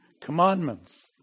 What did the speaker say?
commandments